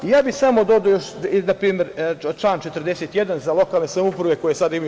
Ja bih samo dodao još na primer član 41. za lokalne samouprave, koje sada imaju…